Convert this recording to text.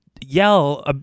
yell